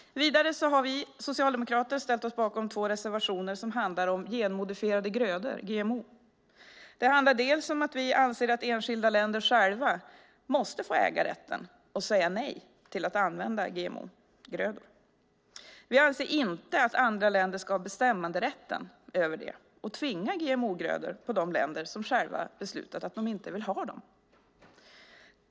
Vidare har vi socialdemokrater ställt oss bakom två reservationer som handlar om genmodifierade grödor, GMO. Det handlar bland annat om att vi anser att enskilda länder själva måste få äga rätten att säga nej till att använda GMO-grödor. Vi anser inte att andra länder ska ha bestämmanderätten över det och tvinga GMO-grödor på de länder som själva beslutat att de inte vill ha dem.